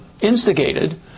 instigated